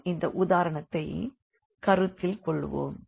நாம் இந்த உதாரணத்தைக் கருத்தில் கொள்வோம்